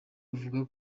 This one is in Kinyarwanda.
avuga